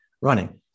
running